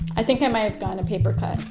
i think i might've gotten a paper cut